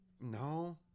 No